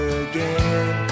again